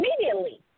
immediately